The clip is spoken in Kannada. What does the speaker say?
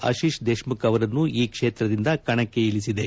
ಆಶೀಷ್ ದೇಶಮುಖ್ ಅವರನ್ನು ಈ ಕ್ಷೇತ್ರದಿಂದ ಕಣಕ್ಕೆ ಇಳಿಸಿದೆ